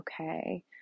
okay